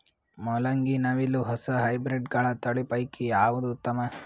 ಮೊಲಂಗಿ, ನವಿಲು ಕೊಸ ಹೈಬ್ರಿಡ್ಗಳ ತಳಿ ಪೈಕಿ ಯಾವದು ಉತ್ತಮ?